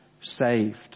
saved